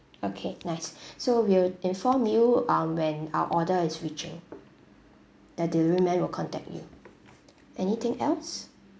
okay nice so we'll inform you um when our order is reaching the delivery man will contact you anything else